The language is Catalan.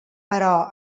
però